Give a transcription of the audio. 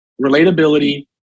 relatability